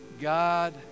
God